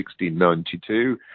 1692